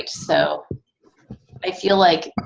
so i feel like